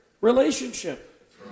relationship